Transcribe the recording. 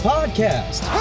Podcast